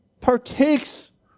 partakes